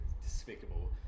despicable